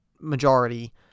majority